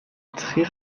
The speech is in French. très